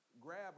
Grab